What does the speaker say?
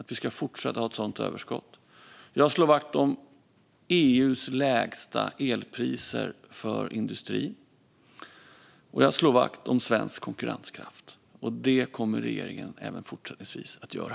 Vi ska fortsätta att ha ett sådant överskott. Jag slår vakt om EU:s lägsta elpriser för industri, och jag slår vakt om svensk konkurrenskraft. Det kommer regeringen även fortsättningsvis att göra.